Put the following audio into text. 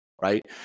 right